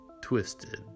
twisted